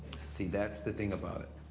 see, that's the thing about it,